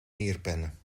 neerpennen